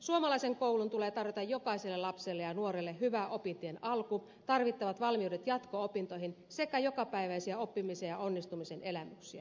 suomalaisen koulun tulee tarjota jokaiselle lapselle ja nuorelle hyvä opintien alku tarvittavat valmiudet jatko opintoihin sekä jokapäiväisiä oppimisen ja onnistumisen elämyksiä